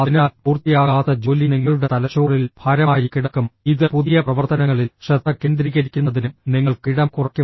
അതിനാൽ പൂർത്തിയാകാത്ത ജോലി നിങ്ങളുടെ തലച്ചോറിൽ ഭാരമായി കിടക്കും ഇത് പുതിയ പ്രവർത്തനങ്ങളിൽ ശ്രദ്ധ കേന്ദ്രീകരിക്കുന്നതിനും നിങ്ങൾക്ക് ഇടം കുറയ്ക്കും